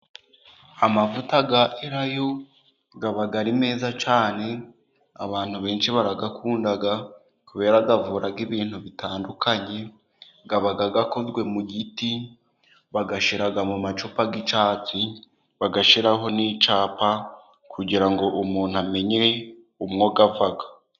Amavuta ya Elayo aba ari meza cyane abantu benshi barayakunda kuberako avura ibintu bitandukanye. Aba akozwe mu giti, bayashyira mu macupa y'icyatsi bagashyiraho n'icyapa , kugira ngo umuntu amenye umwo ava.